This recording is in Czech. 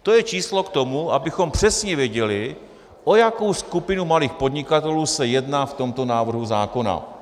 To je číslo k tomu, abychom přesně věděli, o jakou skupinu malých podnikatelů se jedná v tomto návrhu zákona.